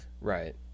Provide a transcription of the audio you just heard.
right